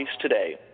today